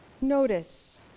Notice